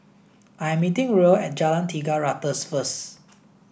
I'm meeting Ruel at Jalan Tiga Ratus first